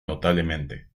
notablemente